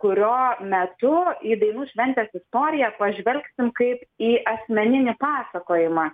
kurio metu į dainų šventės istoriją pažvelgsim kaip į asmeninį pasakojimą